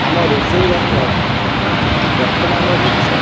ଆମ ରୋଷେଇ ଘରର ବର୍ତ୍ତମାନର ଜିନିଷ